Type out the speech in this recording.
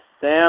Sam